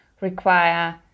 require